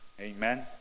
Amen